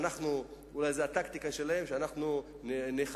אולי זאת הטקטיקה שלהם כדי שאנחנו ניחלץ